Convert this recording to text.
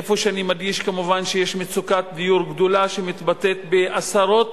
איפה שאני מדגיש כמובן שיש מצוקת דיור גדולה שמתבטאת בעשרות